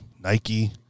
Nike